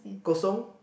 kosong